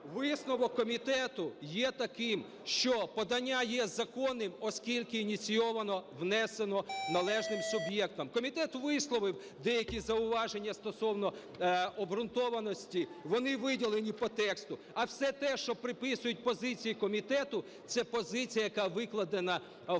Висновок комітету є таким, що подання є законним, оскільки ініційовано, внесено належним суб'єктом. Комітет висловив деякі зауваження стосовно обґрунтованості, вони виділені по тексту. А все те, що приписують позиції комітету, – це позиція, яка викладена в